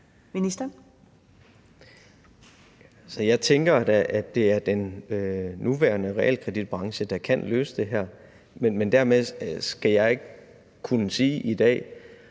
Kollerup): Jeg tænker da, at det er den nuværende realkreditbranche, der kan løse det her, men dermed skal jeg ikke kunne sige i dag,